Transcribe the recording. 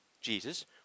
Jesus